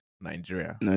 Nigeria